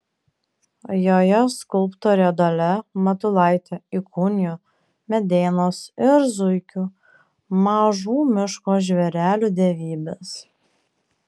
joje skulptorė dalia matulaitė įkūnijo medeinos ir zuikių mažų miško žvėrelių dievybes